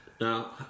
Now